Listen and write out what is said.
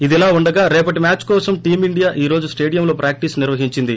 ఇదిలా ఉండగా రేపటి మ్యాద్ కోసం టీమ్ ఇండియా ఈ రోజు స్లేడియంలో ప్రాక్టీస్ నిర్వహించింది